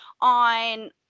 on